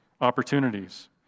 opportunities